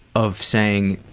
of saying,